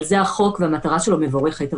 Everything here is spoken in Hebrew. זה החוק והמטרה שלו מבורכת.